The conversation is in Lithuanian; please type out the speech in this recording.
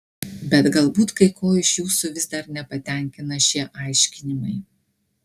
bet galbūt kai ko iš jūsų vis dar nepatenkina šie aiškinimai